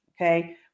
Okay